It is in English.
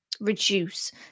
reduce